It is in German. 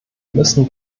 müssen